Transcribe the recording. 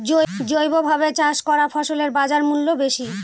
জৈবভাবে চাষ করা ফসলের বাজারমূল্য বেশি